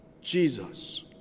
Jesus